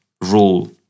rule